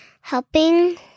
helping